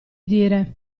dire